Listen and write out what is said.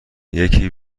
یکی